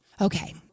Okay